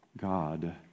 God